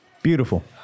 beautiful